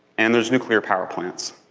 and there's nuclear power plants.